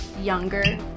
younger